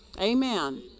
Amen